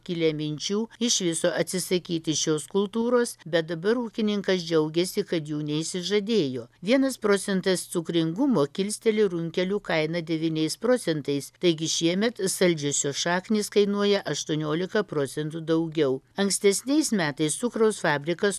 kilę minčių iš viso atsisakyti šios kultūros bet dabar ūkininkas džiaugiasi kad jų neišsižadėjo vienas procentas cukringumo kilsteli runkelių kaina devyniais procentais taigi šiemet saldžiosios šaknys kainuoja aštuoniolika procentų daugiau ankstesniais metais cukraus fabrikas